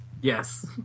Yes